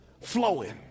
flowing